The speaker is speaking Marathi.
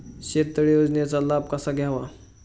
शेततळे योजनेचा लाभ कसा घ्यावा?